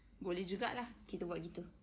boleh juga lah kita buat gitu